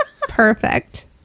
Perfect